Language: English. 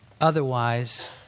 otherwise